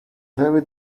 very